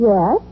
Yes